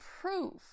proof